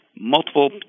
multiple